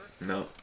No